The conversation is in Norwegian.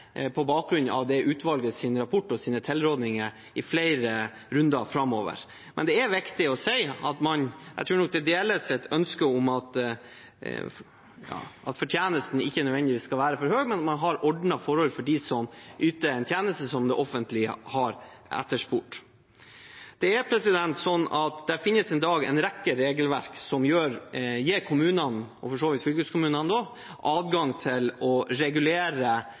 på bakgrunn av utvalgets rapport og tilrådninger i flere runder framover. Det er viktig å si at jeg tror at de ideelles ønske er at fortjenesten ikke nødvendigvis skal være for høy, men at man har ordnede forhold for dem som yter en tjeneste som det offentlige har etterspurt. Det finnes i dag en rekke regelverk som gir kommunene, og for så vidt også fylkeskommunene, adgang til å regulere